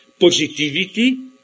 positivity